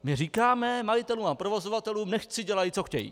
My říkáme majitelům a provozovatelům, nechť si dělají, co chtějí.